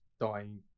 dying